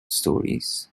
stories